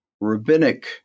rabbinic